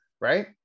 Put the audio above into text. right